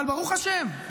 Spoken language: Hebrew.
אבל ברוך השם,